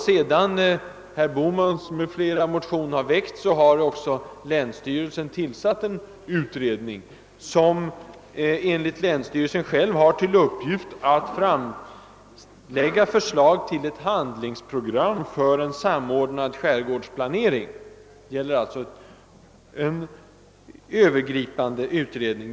Sedan herr Bohmans motion väcktes har länsstyrelsen också tillsatt en utredning som har till uppgift att framlägga förslag till ett handlingsprogram för en samordnad skärgårdsplanering. Det är alltså fråga om en övergripande utredning.